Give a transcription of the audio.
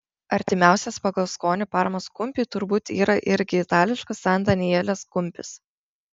artimiausias pagal skonį parmos kumpiui turbūt yra irgi itališkas san danielės kumpis